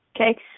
Okay